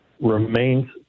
remains